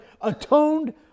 atoned